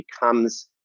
becomes